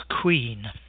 Queen